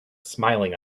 smiling